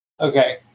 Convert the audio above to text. Okay